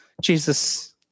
Jesus